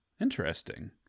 interesting